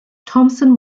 thomson